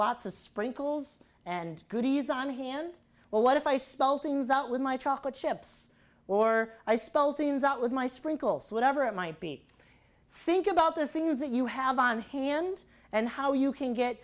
lots of sprinkles and goodies on hand well what if i spell things out with my chocolate chips or i spell things out with my sprinkle so whatever it might be think about the things that you have on hand and how you can get